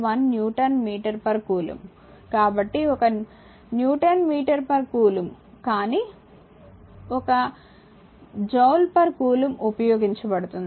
కాబట్టిఒక newton metre coulomb కానీ 1 joule coulomb ఉపయోగించబడుతుంది